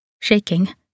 Shaking